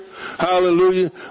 hallelujah